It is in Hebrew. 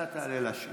אתה תעלה להשיב.